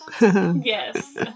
yes